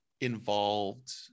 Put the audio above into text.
involved